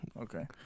Okay